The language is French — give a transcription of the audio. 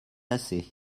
assez